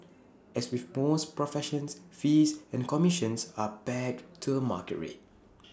as with most professions fees and commissions are pegged to A market rate